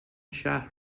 شهر